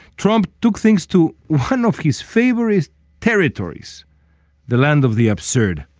trump took things to one of his favorite territories the land of the absurd.